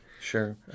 sure